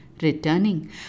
Returning